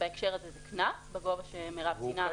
שבהקשר הזה זה קנס בגובה שמירב ציינה,